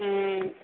ହୁଁ